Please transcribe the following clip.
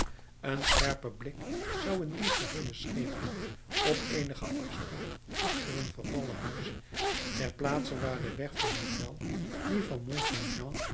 een scherpe blik zou in die geheele schemering op eenigen afstand achter een vervallen huis ter plaatse waar de weg van nivelles dien van